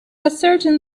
ascertain